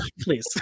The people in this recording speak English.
Please